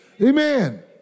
Amen